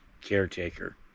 caretaker